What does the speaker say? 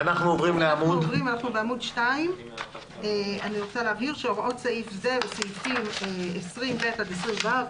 אנחנו בעמוד 2. אני רוצה להבהיר שהוראות סעיף זה בסעיפים 20ב עד 20ו,